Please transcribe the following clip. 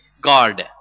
God